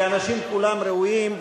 כי האנשים כולם ראויים,